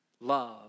love